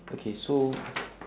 okay so